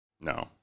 No